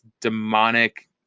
demonic